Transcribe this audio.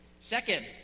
second